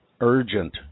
urgent